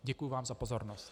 Děkuji vám za pozornost.